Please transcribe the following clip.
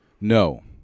No